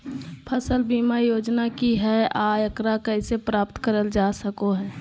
फसल बीमा योजना की हय आ एकरा कैसे प्राप्त करल जा सकों हय?